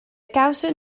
gawson